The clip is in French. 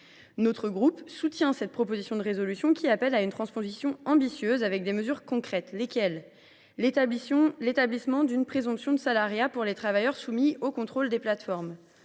Notre groupe soutient donc cette proposition de résolution, qui appelle à une transposition ambitieuse, avec des mesures concrètes : l’établissement d’une présomption de salariat pour les travailleurs soumis au contrôle des plateformes